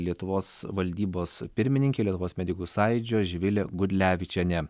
lietuvos valdybos pirmininkė lietuvos medikų sąjūdžio živilė gudlevičienė